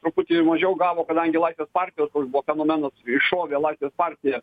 truputį mažiau gavo kadangi laisvės partijos toks buvo fenomenas iššovė laisvės partija